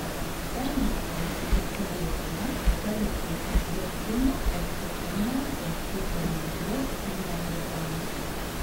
senutės prisilietimas tarsi užgesino paskutinę kęstučio minties nuotrupą